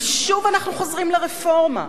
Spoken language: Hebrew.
ושוב אנחנו חוזרים לרפורמה,